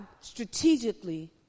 strategically